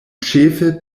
ĉefe